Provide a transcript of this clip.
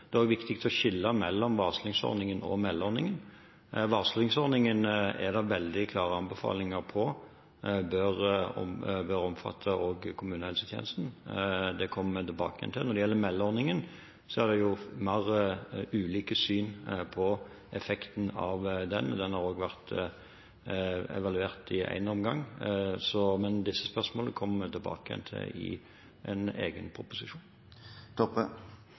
tiltrådte. Det er viktig å skille mellom varslingsordningen og meldeordningen. Varslingsordningen er det veldig klare anbefalinger om også bør omfatte kommunehelsetjenesten. Det kommer vi tilbake til. Når det gjelder meldeordningen, er det ulike syn på effekten av den. Den har også vært evaluert i én omgang. Men disse spørsmålene kommer vi tilbake til i en egen